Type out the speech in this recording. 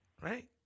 right